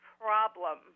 problem